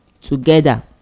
together